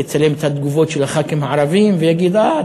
יצלם את התגובות של הח"כים הערבים ויגיד: הא,